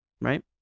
right